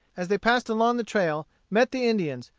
as they passed along the trail, met the indians,